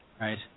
Right